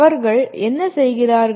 அவர்கள் என்ன செய்கிறார்கள்